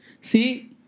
See